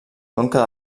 conca